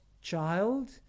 child